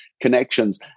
connections